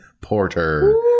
porter